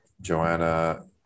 joanna